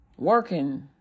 Working